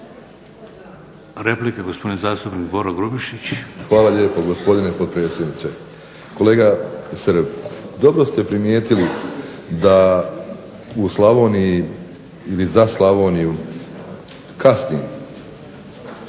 Hvala lijepo gospodine potpredsjedniče. Kolega Srb, dobro ste primijetili da u Slavoniji ili za Slavoniju kasne